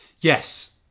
Yes